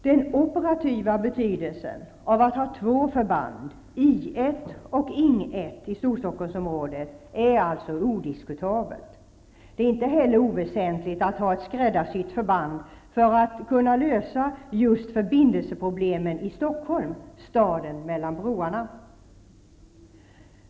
Den operativa betydelsen av att ha två förband, I 1 och Ing 1, i Storstockholmsområdet är alltså odiskuktabel. Det är inte heller oväsentligt att ha ett skräddarsytt förband för att kunna lösa just förbindelseproblemen i Stockholm, ''staden mellan broarna''.